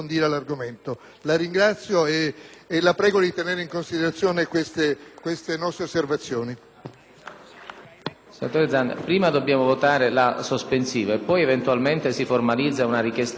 la prego di tenere in considerazione queste nostre osservazioni.